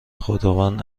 خداوند